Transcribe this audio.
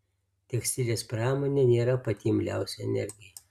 tekstilės pramonė nėra pati imliausia energijai